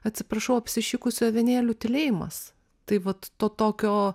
atsiprašau apsišikusių avinėlių tylėjimas tai vat to tokio